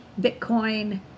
Bitcoin